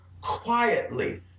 quietly